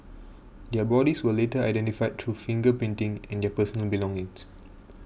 their bodies were later identified through finger printing and their personal belongings